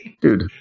dude